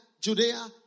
Judea